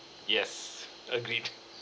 yes agreed